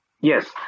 Yes